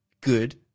good